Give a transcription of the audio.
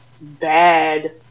bad